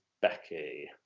Becky